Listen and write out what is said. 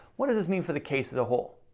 what does this mean for the case as a whole?